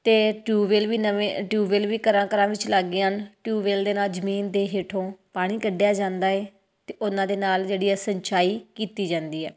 ਅਤੇ ਟਿਊਬਵੈਲ ਵੀ ਨਵੇਂ ਟਿਊਬਵੈਲ ਵੀ ਘਰਾਂ ਘਰਾਂ ਵਿੱਚ ਲੱਗ ਗਏ ਹਨ ਟਿਊਬਵੈਲ ਦੇ ਨਾਲ ਜਮੀਨ ਦੇ ਹੇਠੋਂ ਪਾਣੀ ਕੱਢਿਆ ਜਾਂਦਾ ਹੈ ਅਤੇ ਉਹਨਾਂ ਦੇ ਨਾਲ ਜਿਹੜੀ ਹੈ ਸਿੰਚਾਈ ਕੀਤੀ ਜਾਂਦੀ ਹੈ